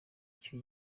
iki